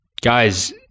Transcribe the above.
Guys